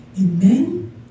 Amen